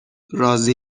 راضی